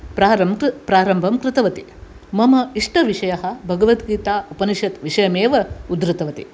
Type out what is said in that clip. प्रारं प्रारम्भं कृतवती मम इष्टविषयः भगवद्गीता उपनिषद्विषयमेव उद्धृतवती